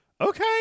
okay